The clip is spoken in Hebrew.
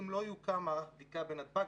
אם לא יוקם מערך בדיקה בנתב"ג,